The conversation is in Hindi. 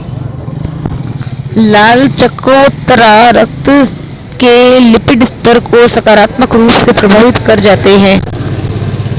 लाल चकोतरा रक्त के लिपिड स्तर को सकारात्मक रूप से प्रभावित कर जाते हैं